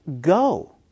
Go